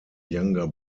younger